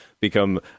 become